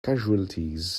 casualties